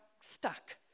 stuck